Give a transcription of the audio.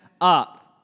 up